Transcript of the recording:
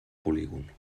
polígon